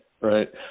right